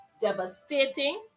devastating